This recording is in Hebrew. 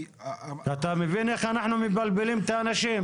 אתה מבין איך אנחנו מבלבלים את האנשים?